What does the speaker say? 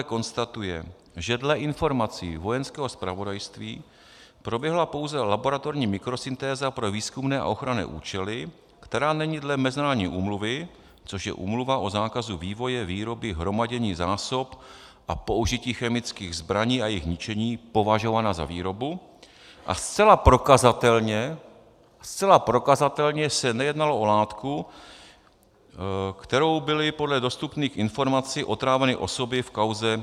II. konstatuje, že dle informací Vojenského zpravodajství proběhla pouze laboratorní mikrosyntéza pro výzkumné a ochranné účely, která není dle mezinárodní úmluvy, což je Úmluva o zákazu vývoje, výroby, hromadění zásob a použití chemických zbraní a jejich ničení, považována za výrobu, a zcela prokazatelně zcela prokazatelně se nejednalo o látku, kterou byly podle dostupných informací otráveny osoby v kauze Sergej Skripal,